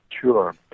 Sure